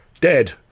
Dead